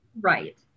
Right